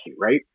right